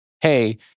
hey